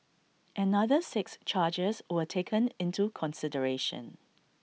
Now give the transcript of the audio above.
another six charges were taken into consideration